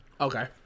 Okay